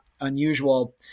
unusual